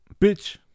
bitch